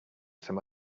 some